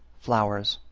flowers